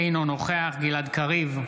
אינו נוכח גלעד קריב,